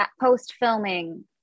Post-filming